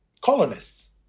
colonists